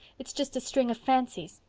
it's just a string of fancies.